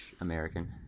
American